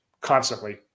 constantly